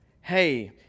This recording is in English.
hey